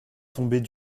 tombait